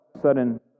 sudden